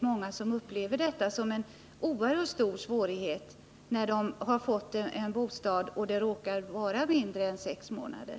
Många upplever detta som en mycket stor svårighet när de har fått bostad och det råkar röra sig om kortare tid än sex månader.